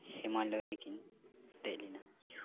ᱦᱤᱢᱟᱞᱚᱭ ᱨᱮᱠᱤᱱ ᱫᱮᱡ ᱞᱮᱱᱟ